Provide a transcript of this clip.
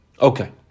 Okay